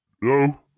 No